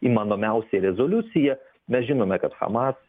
įmanomiausiai rezoliucija mes žinome kad hamas